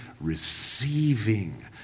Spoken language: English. Receiving